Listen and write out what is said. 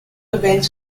events